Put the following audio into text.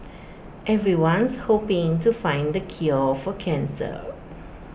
everyone's hoping to find the cure for cancer